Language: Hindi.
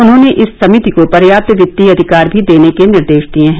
उन्होंने इस समिति को पर्याप्त वित्तीय अधिकार भी देने के निर्देश दिए हैं